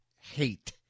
hate